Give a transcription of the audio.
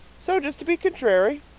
so, just to be contrary,